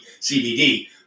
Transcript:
CBD